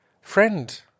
friend